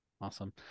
Awesome